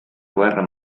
guerra